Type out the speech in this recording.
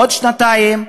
עוד שנתיים,